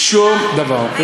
שום דבר.